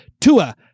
Tua